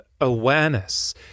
awareness